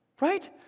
right